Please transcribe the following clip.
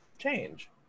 change